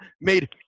made